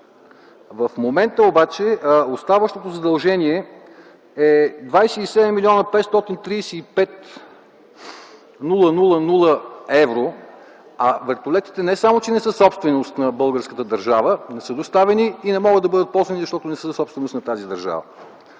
В момента обаче оставащото задължение е 27 млн. 535 хил. евро, а вертолетите не само че не са собственост на българската държава, но не са доставени и не могат да бъдат ползвани, защото не са собственост на тази държава.